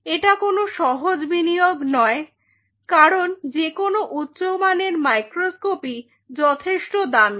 এটা কোন সহজ বিনিয়োগ নয় কারণ যেকোন উচ্চমানের মাইক্রোস্কোপই যথেষ্ট দামি